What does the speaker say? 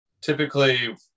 typically